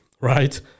right